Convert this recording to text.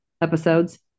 episodes